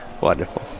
Wonderful